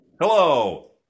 hello